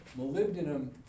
Molybdenum